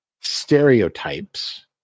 Stereotypes